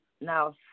now